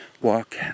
walk